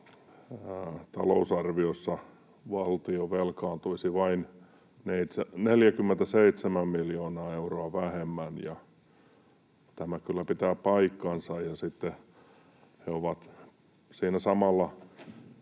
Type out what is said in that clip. talousarviossa valtio velkaantuisi vain 47 miljoonaa euroa vähemmän. Tämä kyllä pitää paikkansa.